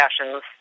passions